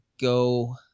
go